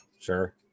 Sure